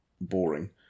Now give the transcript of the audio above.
boring